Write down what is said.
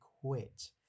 quit